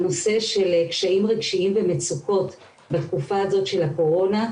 הנושא של קשיים רגשיים ומצוקות בתקופה הזאת של הקורונה,